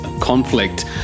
Conflict